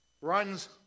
runs